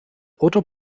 oder